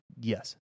Yes